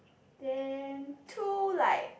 then two like